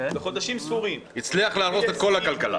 בחודשים ספורים -- הצליח להרוס את כל הכלכלה